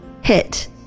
hit